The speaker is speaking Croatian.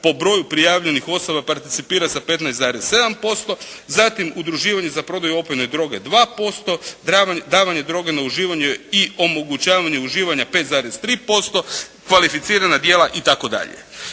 po broju prijavljenih osoba participira sa 15,7%, zatim udruživanje za prodaju opojne droge 2%, davanje droge na uživanje i omogućavanje uživanja 5,3%, kvalificirana djela itd.